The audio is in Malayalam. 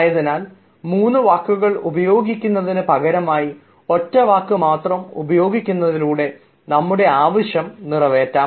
ആയതിനാൽ മൂന്ന് വാക്കുകൾ ഉപയോഗിക്കുന്നതിനുപകരമായി ഒറ്റ വാക്ക് മാത്രം ഉപയോഗിക്കുന്നതിലൂടെ നമ്മുടെ ആവശ്യം നിറവേറ്റാം